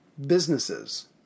Businesses